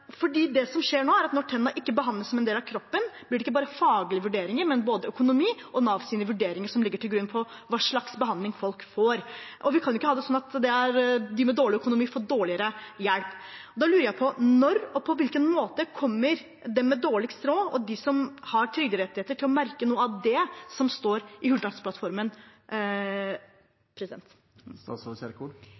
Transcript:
Det som skjer nå, er at når tennene ikke behandles som en del av kroppen, blir det ikke bare faglige vurderinger, men både økonomi og Nav sine vurderinger som ligger til grunn for hva slags behandling folk får – og vi kan jo ikke ha det slik at de med dårlig økonomi får dårligere hjelp. Da lurer jeg på: Når og på hvilken måte kommer de med dårligst råd, og de som har trygderettigheter, til å merke noe av det som står i